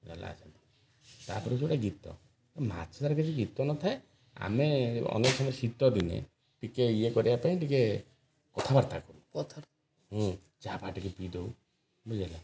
ଗଲା ତାପରେ ଗଲା ଗୀତ ମାଛ ଧରା ତ କିଛି ଗୀତ ନଥାଏ ଆମେ ଅନ୍ୟ ସମୟେ ଶୀତ ଦିନେ ଟିକେ ଇଏ କରିବା ପାଇଁ ଟିକେ କଥାବାର୍ତ୍ତା କରୁ କଥା ହଁ ଚାହା ପାହା ଟିକେ ପିଇ ଦେଉ ବୁଝିହେଲା